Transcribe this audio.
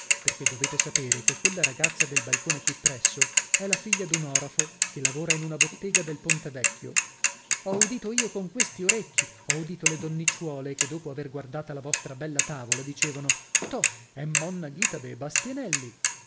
perchè dovete sapere che quella ragazza del balcone qui presso è la figlia d'un orafo che lavora in una bottega del ponte vecchio ho udito io con questi orecchi ho udito le donnicciuole che dopo aver guardata la vostra bella tavola dicevano to è monna ghita dei bastianelli